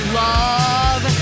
love